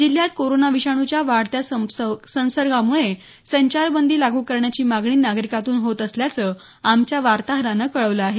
जिल्ह्यात कोरोना विषाणूच्या वाढत्या संसर्गामुळे संचारबंदी लागू करण्याची मागणी नागरिकांतून होत असल्याचं आमच्या वार्ताहरानं कळवलं आहे